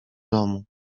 domu